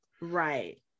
right